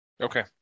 Okay